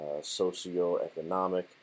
socioeconomic